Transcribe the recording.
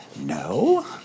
No